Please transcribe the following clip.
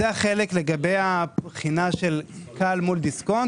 זה החלק לגבי הבחינה של כאל מול דיסקונט,